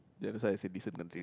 ya that's why I say decent right